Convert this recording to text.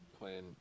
playing